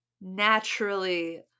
naturally